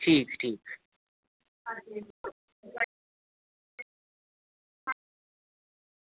ठीक ठीक